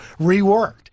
reworked